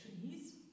trees